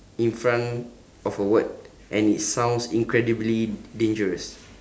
in front of a word and it sounds incredibly dangerous